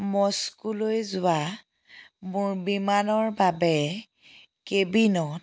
মস্কোলৈ যোৱা মোৰ বিমানৰ বাবে কেবিনত